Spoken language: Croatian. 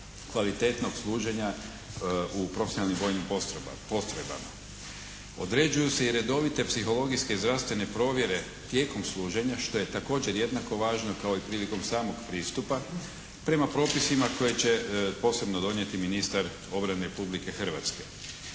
kvalitetnog služenja u profesionalnim vojnim postrojbama. Određuju se i redovite psihologijske i zdravstvene provjere tijekom služenja što je također jednako važno kao i prilikom samog pristupa prema propisima koje će posebno donijeti ministar obrane Republike Hrvatske.